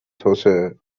توسعه